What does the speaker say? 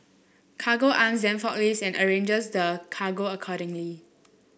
Cargo Arm then forklifts and arranges the cargo accordingly